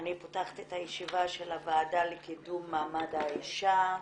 אני פותחת את הישיבה של הוועדה לקידום מעמד האישה.